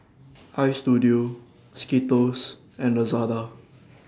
Istudio Skittles and Lazada